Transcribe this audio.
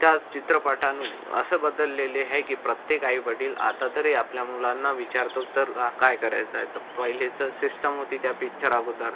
त्याच चित्रपटानं असं बदललेले आहे की प्रत्येक आईवडील आता तरी आपल्या मुलांना विचारतो तर काय करायचंय तर पहिलेचं सिस्टम होती त्या पिच्चर अगोदर